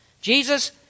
Jesus